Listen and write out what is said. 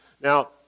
Now